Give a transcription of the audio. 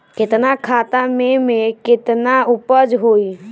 केतना खेत में में केतना उपज होई?